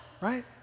right